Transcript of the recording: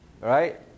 right